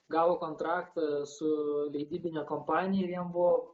gavo kontraktą su leidybine kompanija jam buvo